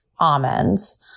almonds